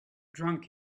drunk